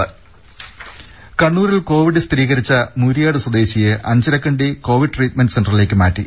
രുദ കണ്ണൂരിൽ കോവിഡ് സ്ഥിരീകരിച്ച മൂര്യാട് സ്വദേശിയെ അഞ്ചരക്കണ്ടി കോവിഡ് ട്രീറ്റ്മെന്റ് സെന്ററിലേക്ക് മാറ്റി